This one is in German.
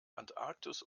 antarktis